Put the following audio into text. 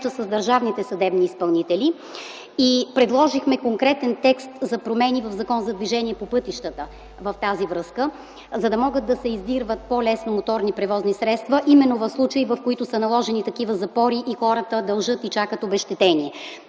с държавните съдебни изпълнители, предложихме конкретен текст за промени в Закона за движение по пътищата в тази връзка, за да могат да се издирват по-лесно моторни превозни средства, именно в случаи, когато са наложени такива запори и хората дължат и чакат обезщетения.